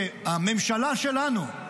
שהממשלה שלנו,